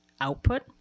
output